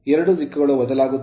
ಎರಡೂ ದಿಕ್ಕುಗಳು ಬದಲಾಗುತ್ತಿವೆ